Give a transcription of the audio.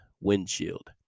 windshield